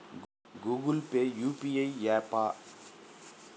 Google Pay UPI య్యాపా?